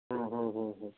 ਹੁੰ ਹੁੰ ਹੁੰ ਹੁੰ